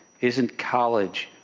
isn't college,